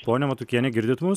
ponia matukiene girdit mus